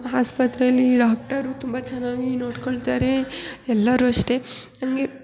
ಆಸ್ಪತ್ರೆಯಲ್ಲಿ ಡಾಕ್ಟರು ತುಂಬ ಚೆನ್ನಾಗಿ ನೋಡಿಕೊಳ್ತಾರೆ ಎಲ್ಲರೂ ಅಷ್ಟೇ ಹಂಗೆ